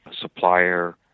supplier